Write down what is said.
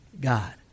God